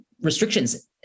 restrictions